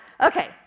Okay